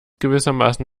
gewissermaßen